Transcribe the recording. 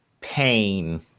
pain